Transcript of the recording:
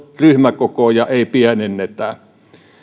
ryhmäkokoja ei pienennetä